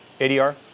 ADR